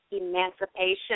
Emancipation